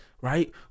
right